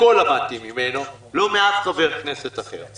הכול למדתי ממנו, לא מאף חבר כנסת אחר.